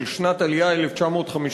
של שנת עלייה 1953,